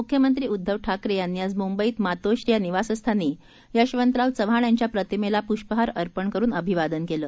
मुख्यमंत्री उद्धव ठाकरे यांनी आज मुंबईत मातोश्री या निवासस्थानी यशवंतराव चव्हाण यांच्या प्रतिमेला पुष्पहार अर्पण करून अभिवादन केलं